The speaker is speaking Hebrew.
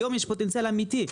היום יש פוטנציאל אמיתי.